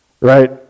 right